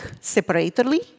separately